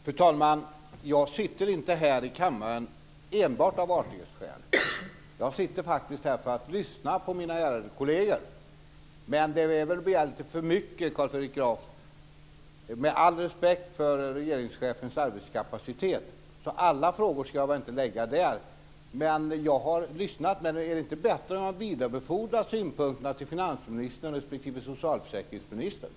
Fru talman! Jag sitter inte här i kammaren enbart av artighetsskäl. Jag sitter faktiskt här för att lyssna på mina ärade kolleger. Med all respekt för regeringschefens arbetskapacitet, Carl Fredrik Graf, ska man väl inte lägga alla frågor på honom. Är det inte bättre att vidarebefordra synpunkterna till finansministern respektive socialförsäkringsministern?